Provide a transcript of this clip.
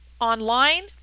online